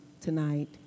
tonight